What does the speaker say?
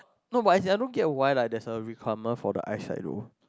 no but as in I don't get why there is a requirement for the eyesight though